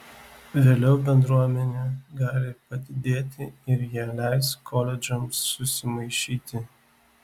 vėliau bendruomenė gali padidėti ir jie leis koledžams susimaišyti